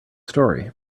story